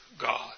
God